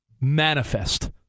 Manifest